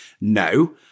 No